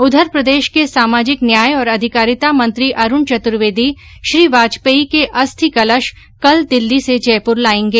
उधर प्रदेश के सामाजिक न्याय और अधिकारिता मंत्री अरूण चतुर्वेदी श्री वाजपेयी के अस्थिकलश कल दिल्ली से जयपुर लाएंगे